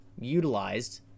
utilized